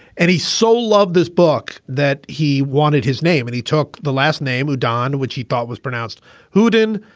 and he so loved this book that he wanted his name. and he took the last name head-on, which he thought was pronounced houdin,